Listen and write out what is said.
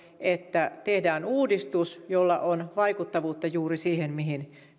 tehdään uudistus jolla on vaikuttavuutta juuri siihen mihin